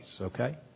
okay